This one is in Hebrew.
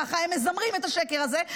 ככה הם מזמרים את השקר הזה,